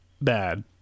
bad